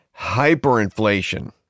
hyperinflation